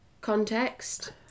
context